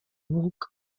buc